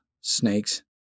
snakes